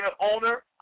owner